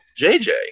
JJ